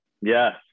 Yes